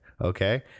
okay